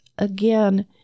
again